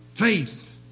Faith